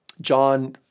John